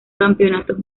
campeonatos